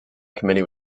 committee